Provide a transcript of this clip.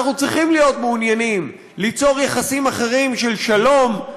אנחנו צריכים להיות מעוניינים ליצור יחסים אחרים של שלום,